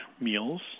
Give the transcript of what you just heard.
meals